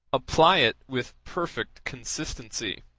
apply it with perfect consistency.